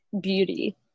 beauty